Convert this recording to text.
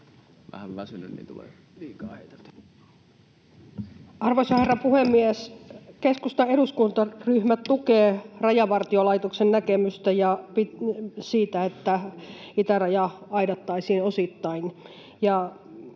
Arvoisa herra puhemies! Keskustan eduskuntaryhmä tukee Rajavartiolaitoksen näkemystä siitä, että itäraja aidattaisiin osittain,